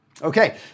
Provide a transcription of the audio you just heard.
Okay